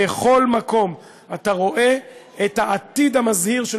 בכל מקום אתה רואה את העתיד המזהיר של